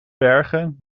bergen